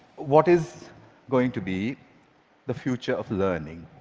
what is going to be the future of learning?